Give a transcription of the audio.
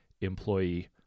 Employee